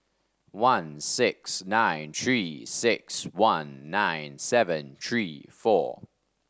one six nine Three six one nine seven three four